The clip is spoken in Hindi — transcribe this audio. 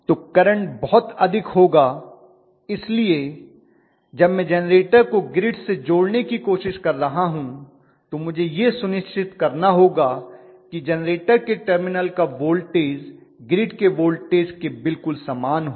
तो करंट बहुत अधिक होगा इसलिए जब मैं जेनरेटर को ग्रिड से जोड़ने की कोशिश कर रहा हूं तो मुझे यह सुनिश्चित करना होगा कि जेनरेटर के टर्मिनल का वोल्टेज ग्रिड के वोल्टेज के बिल्कुल समान हो